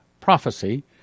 prophecy